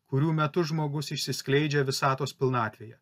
kurių metu žmogus išsiskleidžia visatos pilnatvėje